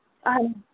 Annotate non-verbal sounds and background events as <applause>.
<unintelligible>